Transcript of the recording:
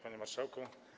Panie Marszałku!